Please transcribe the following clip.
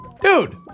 Dude